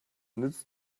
nützt